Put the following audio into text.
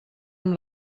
amb